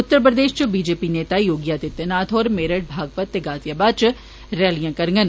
उत्तर प्रदेश इच बीजेपी नेता योगी आदित्यनाथ होर मेरठ भागपात ते गालीयाबाद इच रैलियां करड़न